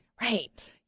right